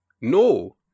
no